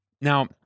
Now